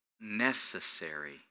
necessary